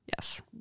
Yes